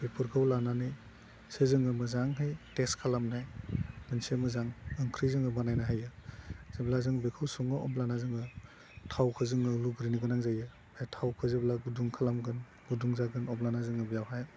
बेफोरखौ लानानैसो जोङो मोजांहै टेस्ट खालानाय मोनसे मोजां ओंख्रि जोङो बानायनो हायो जेब्ला जों बेखौ सङो अब्लाना जोङो थावखौ जोङो रुग्रोनो गोनां जायो बे थावखौ जेब्ला गुदुं खालामगोन गुदुं जागोन अब्लाना जोङो बेवहाय